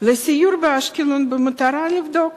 לסיור באשקלון במטרה לבדוק